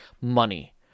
money